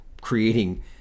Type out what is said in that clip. creating